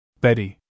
Betty